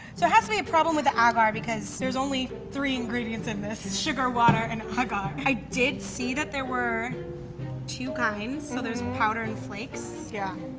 so it has to be a problem with the agar because there's only three ingredients in this, sugar, water and agar. i did see that there were two kinds, so there's powder and flakes. yeah.